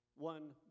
One